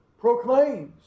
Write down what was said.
proclaims